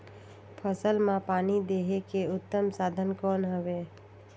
फसल मां पानी देहे के उत्तम साधन कौन हवे?